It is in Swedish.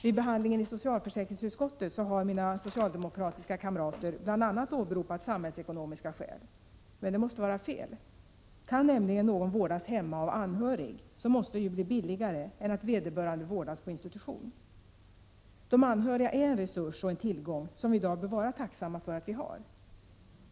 Vid behandlingen i socialförsäkringsutskottet har mina socialdemokratiska kamrater åberopat bl.a. samhällsekonomiska skäl. Men det måste vara fel. Kan nämligen någon vårdas hemma av anhörig, måste det bli billigare än att vederbörande vårdas på institution. De anhöriga är en resurs och en tillgång som vi i dag bör vara tacksamma för att vi har.